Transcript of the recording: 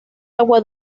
agua